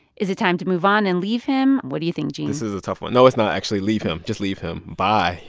is it time to move on and leave him? what do you think, gene? this is a tough one. no, it's not actually. leave him. just leave him. bye.